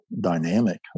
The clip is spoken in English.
dynamic